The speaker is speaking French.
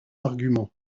arguments